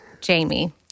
Jamie